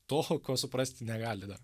to ko suprasti negali dar